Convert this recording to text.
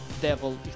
devil